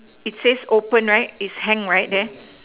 it says open right it's hang right there